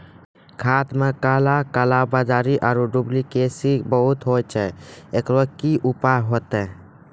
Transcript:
खाद मे काला कालाबाजारी आरु डुप्लीकेसी बहुत होय छैय, एकरो की उपाय होते?